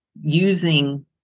Using